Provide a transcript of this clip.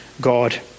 God